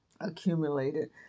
accumulated